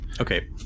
Okay